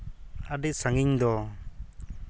ᱟᱹᱰᱤ ᱥᱟᱺᱜᱤᱧ ᱫᱚ